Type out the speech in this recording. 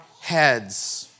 heads